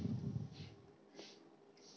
पत्तबन के सिकुड़े के का लक्षण हई?